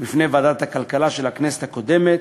בפני ועדת הכלכלה של הכנסת הקודמת.